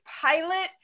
pilot